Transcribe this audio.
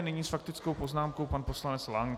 Nyní s faktickou poznámkou pan poslanec Lank.